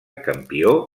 campió